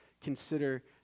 consider